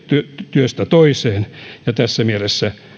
työstä toiseen ja tässä mielessä